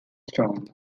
strong